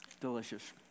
Delicious